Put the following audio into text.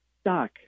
stock